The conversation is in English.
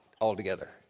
altogether